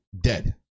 dead